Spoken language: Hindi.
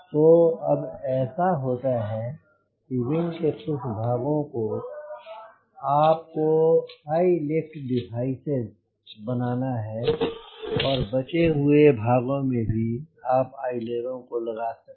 सो अब ऐसा होता है कि विंग के कुछ भागों में आप को हाई लिफ्ट डिवाइसेज बनाना है और बचे भागों में ही आप अइलेरों को लगा सकते हैं